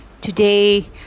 Today